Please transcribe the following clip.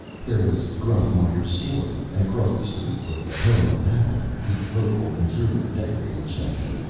there was grothmeir's store, and across the street was the home of havening, the local interior decorating champion.